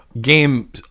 game